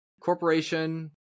corporation